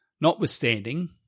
Notwithstanding